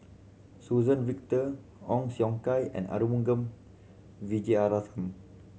Suzann Victor Ong Siong Kai and Arumugam Vijiaratnam